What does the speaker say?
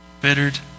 bittered